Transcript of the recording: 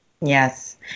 Yes